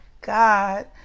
God